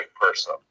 person